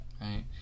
right